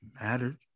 mattered